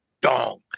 dong